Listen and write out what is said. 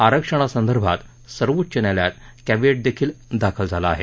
आरक्षणासंदर्भात सर्वोच्च न्यायालयात कॅव्हिएटही दाखल आहे